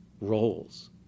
roles